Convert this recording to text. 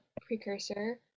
precursor